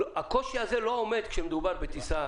הקושי הזה לא עומד כשמדובר בטיסה